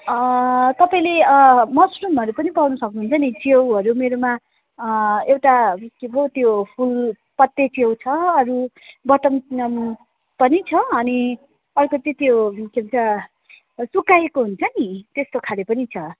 अँ तपाईँले अँ मसरुमहरू पनि पाउनु सक्नुहुन्छ नि च्याउहरू मेरोमा अँ एउटा के पो त्यो फुलपत्ते च्याउ छ अरू बट्टम पनि छ अनि अर्को चाहिँ त्यो के भन्छ सुकाएको हुन्छ नि त्यस्तो खाले पनि छ